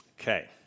Okay